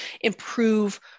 improve